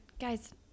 guys